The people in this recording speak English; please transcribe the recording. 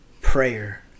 Prayer